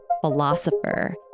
philosopher